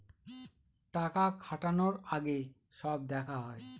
টাকা খাটানোর আগে সব দেখা হয়